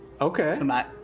Okay